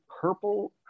purple